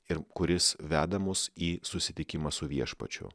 ir kuris veda mus į susitikimą su viešpačiu